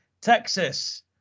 Texas